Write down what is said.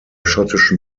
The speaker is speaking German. schottischen